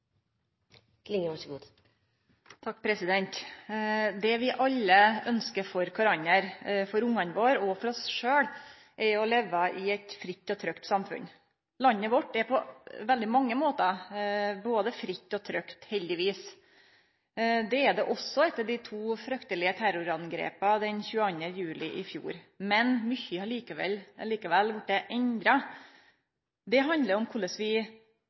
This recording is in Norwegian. trygt samfunn. Landet vårt er på veldig mange måtar både fritt og trygt, heldigvis. Det er det også etter dei to fryktelege terrorangrepa den 22. juli i fjor. Men mykje har likevel vorte endra. Det handlar om korleis vi